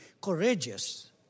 courageous